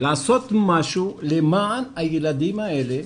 ולעשות משהו למען הילדים האלה,